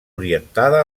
orientada